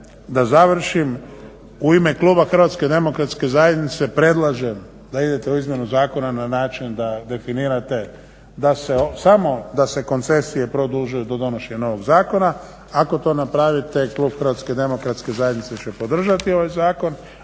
da završim. U ime kluba Hrvatske demokratske zajednice predlažem da idete u izmjenu zakona na način da definirate da se samo koncesije produžuju do donošenja novog zakona. Ako to napravite klub Hrvatske demokratske zajednice će podržati ovaj zakon.